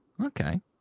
Okay